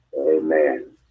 Amen